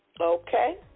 Okay